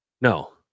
No